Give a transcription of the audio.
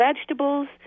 vegetables